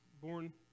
born